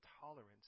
tolerance